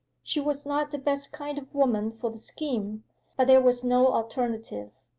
she was not the best kind of woman for the scheme but there was no alternative.